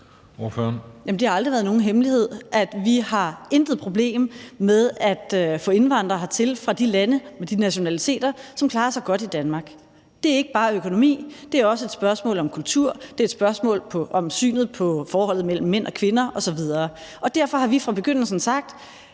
det har aldrig været nogen hemmelighed, at vi intet problem har med at få indvandrere hertil fra de lande med de nationaliteter, som klarer sig godt i Danmark. Det er ikke bare økonomi, det er også et spørgsmål om kultur, det er et spørgsmål om synet på forholdet mellem mænd og kvinder osv. Derfor har vi fra begyndelsen sagt,